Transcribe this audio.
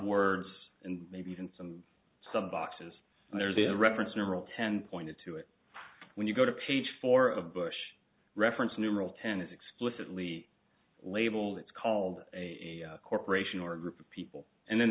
words and maybe even some some boxes and there's a reference numeral ten pointed to it when you go to page four of bush reference numeral ten is explicitly labeled it's called a corporation or a group of people and then